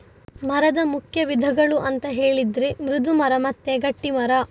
ಮರದ ಮುಖ್ಯ ವಿಧಗಳು ಅಂತ ಹೇಳಿದ್ರೆ ಮೃದು ಮರ ಮತ್ತೆ ಗಟ್ಟಿ ಮರ